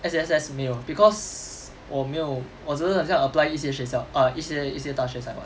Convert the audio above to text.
S_U_S_S 没有 because 我没有我只是很像 apply 一些学校 err 一些一些大学才 [what]